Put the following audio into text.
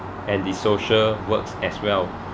and the social works as well